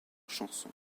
chansons